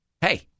hey